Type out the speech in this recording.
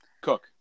Cook